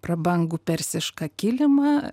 prabangų persišką kilimą